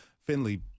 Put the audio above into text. Finley